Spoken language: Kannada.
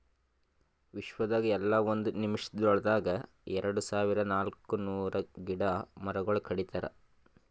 ವಿಶ್ವದಾಗ್ ಎಲ್ಲಾ ಒಂದ್ ನಿಮಿಷಗೊಳ್ದಾಗ್ ಎರಡು ಸಾವಿರ ನಾಲ್ಕ ನೂರು ಗಿಡ ಮರಗೊಳ್ ಕಡಿತಾರ್